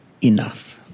enough